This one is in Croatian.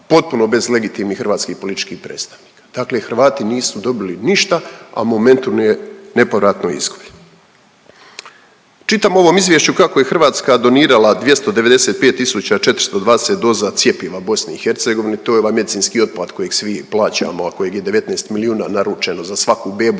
potpuno bez legitimnih hrvatskih političkih predstavnika, dakle Hrvati nisu dobili ništa, a momentom je nepovratno izgubljen. Čitam u ovom izvješću kako je Hrvatska donirala 295.420 doza cjepiva BiH, to je ovaj medicinski otpad kojeg svi plaćamo, a kojeg je 19 milijuna naručeno za svaku bebu